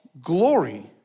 glory